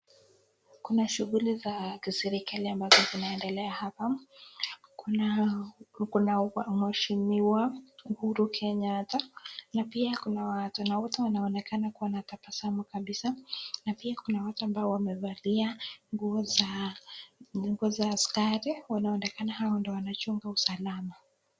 Kuna shughuli za kiserikali ambazo zinaendelea hapa. Kuna mheshimiwa Uhuru Kenyatta na pia kuna watu na watu wanaonekana kuwa na tabasamu kabisa. Na pia kuna watu ambao wamevaa nguo za, nguo za askari. Wanaonekana hao ndio wanachunga usalama.